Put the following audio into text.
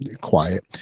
quiet